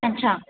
अच्छा